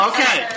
Okay